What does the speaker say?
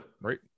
Right